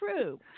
true